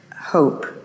hope